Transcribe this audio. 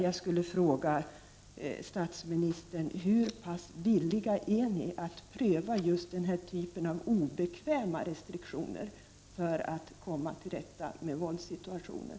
Jag skulle vilja fråga statsministern hur pass villig regeringen är att pröva just denna typ av obekväma restriktioner för att komma till rätta med våldssituationen.